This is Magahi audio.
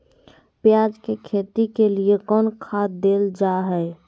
प्याज के खेती के लिए कौन खाद देल जा हाय?